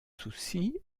soucy